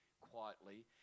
quietly